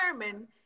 determine